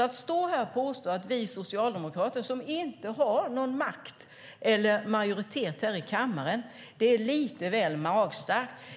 Att stå här och påstå detta om oss socialdemokrater, som inte har någon makt eller majoritet här i kammaren, är lite väl magstarkt.